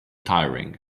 tiring